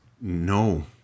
No